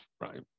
right